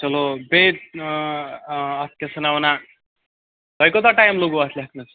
چَلو بیٚیہِ اَتھ کیٛاہ سا نا وَنان تۄہہِ کوٗتاہ ٹایم لوٚگوُ اَتھ لٮ۪کھنَس